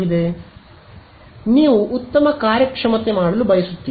ಆದ್ದರಿಂದ ನೀವು ಉತ್ತಮ ಕಾರ್ಯಕ್ಷಮತೆ ಮಾಡಲು ಬಯಸುತ್ತೀರಿ